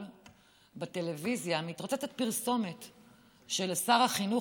בבקשה, עד שלוש דקות.